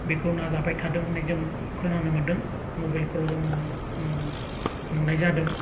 बेखौ नाजाबाय थादों होनना जों खोनानो मोन्दों मबाइलफ्राव जोङो नुनाय जादों